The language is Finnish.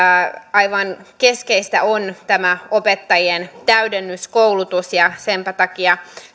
aivan keskeistä on tämä opettajien täydennyskoulutus ja senpä takia